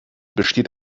besteht